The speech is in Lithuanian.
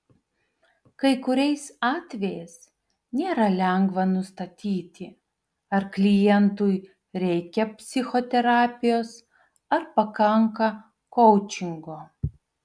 kai kuriais atvejais nėra lengva nustatyti ar klientui reikia psichoterapijos ar pakanka koučingo